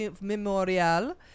memorial